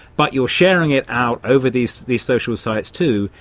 but you are sharing it out over these these social sites too,